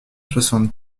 soixante